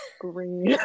green